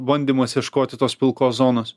bandymas ieškoti tos pilkos zonos